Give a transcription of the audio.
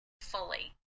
fully